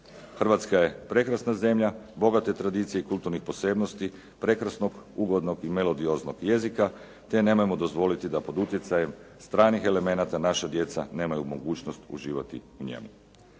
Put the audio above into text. Hrvatska je prekrasna zemlja bogate tradicije i kulturnih posebnosti, prekrasnog, ugodnog i melodioznog jezika, te nemojmo dozvoliti da pod utjecajem stranih elemenata naša djeca nemaju mogućnost uživati u njemu.